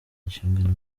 inshingano